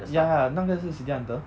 ya ya 那个是 city hunter